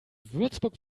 würzburg